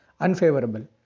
unfavorable